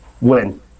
win